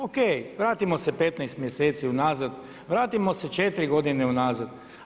Ok, vratimo se 15 mjeseci unazad, vratimo se 4 g. unazad.